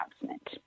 announcement